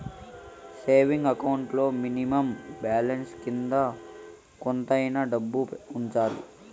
saving account లో minimum balance కింద కొంతైనా డబ్బు ఉంచుకోవాలి